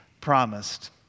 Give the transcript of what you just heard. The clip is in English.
promised